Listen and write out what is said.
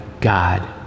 God